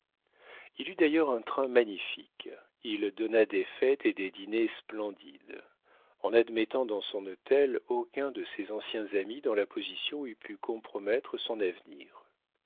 il eut d'ailleurs un train magnifique il donna des fêtes et des dîners splendides en n'admettant dans son hôtel aucun de ses anciens amis dont la position eût pu compromettre son avenir